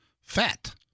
fat